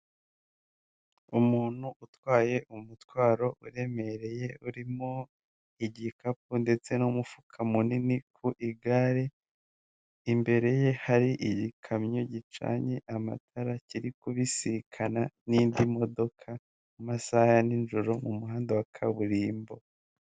Umuntu utwaye umutwaro uremereye urimo igikapu ndetse n'umufuka munini ku igare, imbere ye hari igikamyo gicanye amatara kiri kubisikana n'indi modoka mu amasaha ya nijoro mu muhanda wa kaburimbo.